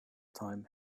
time